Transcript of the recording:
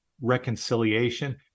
reconciliation